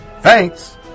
Thanks